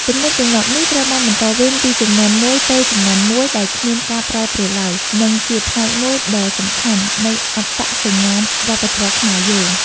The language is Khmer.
ទំនៀមទម្លាប់នេះត្រូវបានបន្តវេនពីជំនាន់មួយទៅជំនាន់មួយដោយគ្មានការប្រែប្រួលឡើយ និង ជាផ្នែកមួយដ៏សំខាន់នៃអត្តសញ្ញាណវប្បធម៌ខ្មែរយើង។